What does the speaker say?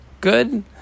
good